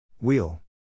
Wheel